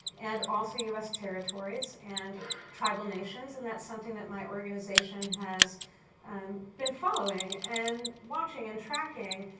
and also u s. territories, and tribal nations. and that's something that my organization has um been following, and watching, and tracking.